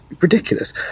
ridiculous